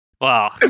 Wow